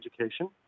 education